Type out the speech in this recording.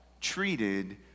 treated